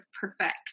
perfect